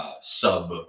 sub